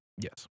Yes